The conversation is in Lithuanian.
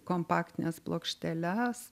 kompaktines plokšteles